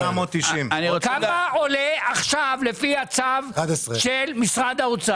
כמה עולה עכשיו לפי הצו של משרד האוצר?